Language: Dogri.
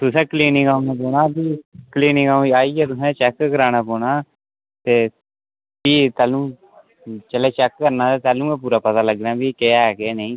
तुसें क्लीनिक औना पौना भी क्लीनिक आइयै तुसें चैक्क कराना पौना ते भी तैह्ल्लूं जेल्लै चैक्क करना ते तैह्ल्लूं गै पूरा पता लग्गना भई केह् है केह् नेईं